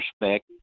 respect